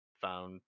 found